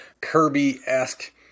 Kirby-esque